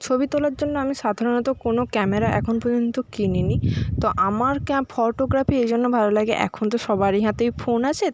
ছবি তোলার জন্য আমি সাধারণত কোনো ক্যামেরা এখন পর্যন্ত কিনি নি তো আমার ফটোগ্রাফি এইজন্য ভালো লাগে এখন তো সবারই হাতেই ফোন আছে